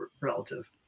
relative